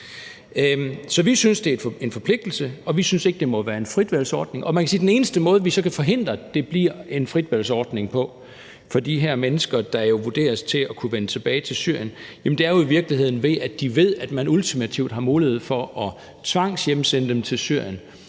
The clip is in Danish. Så vi synes, det er en forpligtelse, og vi synes ikke, det må være en fritvalgsordning. Man kan sige, at den eneste måde, vi så kan forhindre, at det bliver en fritvalgsordning på for de her mennesker, der jo vurderes til at kunne vende tilbage til Syrien, jo i virkeligheden er, ved at de ved, at man ultimativt har mulighed for at tvangshjemsende dem til Syrien,